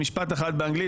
במשפט אחד באנגלית,